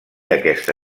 aquesta